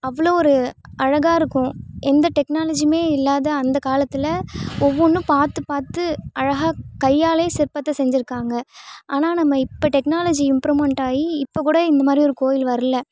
அவ்வளோ ஒரு அழகாக இருக்கும் எந்த டெக்னாலஜியுமே இல்லாத அந்த காலத்தில் ஒவ்வொன்றும் பார்த்து பார்த்து அழகாக கையாலேயே சிற்பத்தை செஞ்சிருக்காங்க ஆனால் நம்ம இப்போ டெக்னாலஜி இம்ப்ரூவ்மெண்ட் ஆகி இப்போ கூட இந்த மாதிரி ஒரு கோயில் வரல